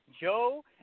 Joe